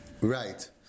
Right